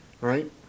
right